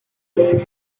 tail